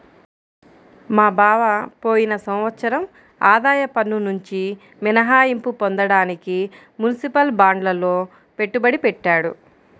మా బావ పోయిన సంవత్సరం ఆదాయ పన్నునుంచి మినహాయింపు పొందడానికి మునిసిపల్ బాండ్లల్లో పెట్టుబడి పెట్టాడు